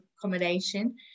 accommodation